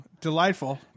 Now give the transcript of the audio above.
delightful